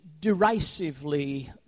derisively